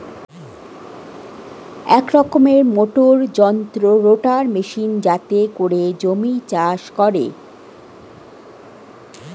এক রকমের মোটর যন্ত্র রোটার মেশিন যাতে করে জমি চাষ করে